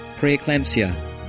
Preeclampsia